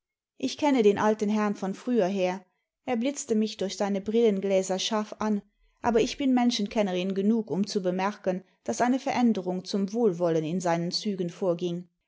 ich kenne den alten herrn von früher her er blitzte mich durch seine brillengläser scharf an aber ich bin menschenkennerin genug um zu bemerken daß eine veränderung zum wohlwollen in seinen zügen vorging